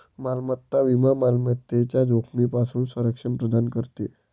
मालमत्ता विमा मालमत्तेच्या जोखमीपासून संरक्षण प्रदान करते